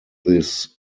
this